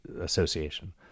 association